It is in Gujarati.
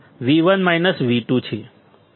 VdV1 V2 છે